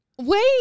Wait-